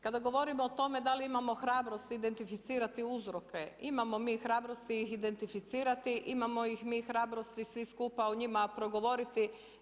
Kada govorimo o tome da li imamo hrabrosti identificirati uzroke imamo mi hrabrosti ih identificirati, imamo ih mi hrabrosti svi skupa o njima progovoriti.